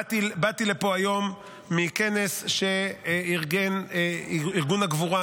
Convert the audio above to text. באתי לפה היום מכנס שארגן ארגון הגבורה.